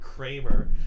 Kramer